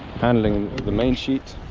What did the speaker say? handling the main sheet,